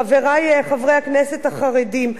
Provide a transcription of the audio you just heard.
חברי חברי הכנסת החרדים.